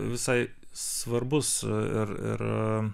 visai svarbus ir ir